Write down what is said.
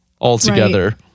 altogether